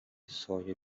سایه